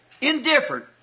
indifferent